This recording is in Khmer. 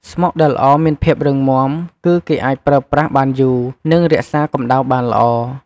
ស្មុកដែលល្អមានភាពរឹងមាំ គឺគេអាចប្រើប្រាស់បានយូរ និងរក្សាកម្ដៅបានល្អ។